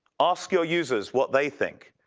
ask your users what they think.